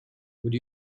would